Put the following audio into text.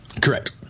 Correct